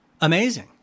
amazing